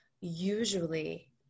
usually